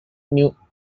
new